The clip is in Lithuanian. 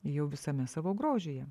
jau visame savo grožyje